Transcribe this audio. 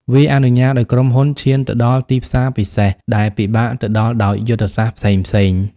វាអនុញ្ញាតឱ្យក្រុមហ៊ុនឈានទៅដល់ទីផ្សារពិសេស ដែលពិបាកទៅដល់ដោយយុទ្ធសាស្ត្រផ្សេងៗ។